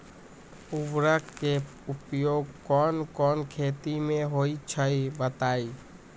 उर्वरक के उपयोग कौन कौन खेती मे होई छई बताई?